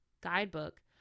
guidebook